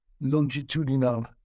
longitudinal